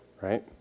right